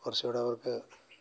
കുറച്ചും കൂടെ അവർക്ക്